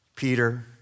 Peter